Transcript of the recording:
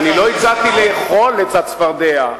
אני לא הצעתי לאכול את הצפרדע,